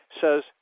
says